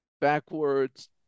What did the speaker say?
backwards